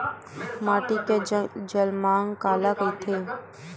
माटी के जलमांग काला कइथे?